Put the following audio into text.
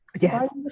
yes